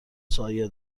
سایه